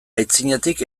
aitzinetik